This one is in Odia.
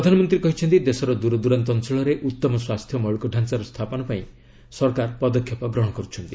ପ୍ରଧାନମନ୍ତ୍ରୀ କହିଛନ୍ତି ଦେଶର ଦୂରଦୂରାନ୍ତ ଅଞ୍ଚଳରେ ଉତ୍ତମ ସ୍ୱାସ୍ଥ୍ୟ ମୌଳିକଢ଼ାଞାର ସ୍ଥାପନ ପାଇଁ ସରକାର ପଦକ୍ଷେପ ଗ୍ରହଣ କରୁଛନ୍ତି